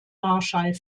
marschall